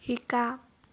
শিকা